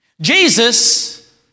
Jesus